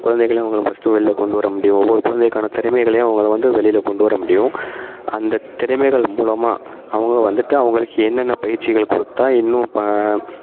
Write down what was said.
குழந்தைகளும் அவங்கள ஃபர்ஸ்ட்டு வெளில கொண்டு வர முடியும் ஒவ்வொரு குழந்தைக்கான திறமைகளையும் அவங்கள வந்து வெளில கொண்டு வர முடியும் அந்தத் திறமைகள் மூலமாக அவங்க வந்துவிட்டு அவங்களுக்கு என்னென்ன பயிற்சிகள் கொடுத்தா இன்னும் ப